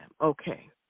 Okay